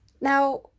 Now